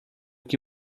que